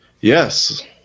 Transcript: Yes